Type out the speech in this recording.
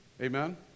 Amen